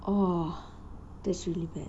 oh that's really bad